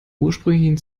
ursprünglichen